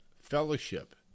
fellowship